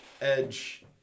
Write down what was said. Edge